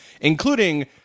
including